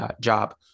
job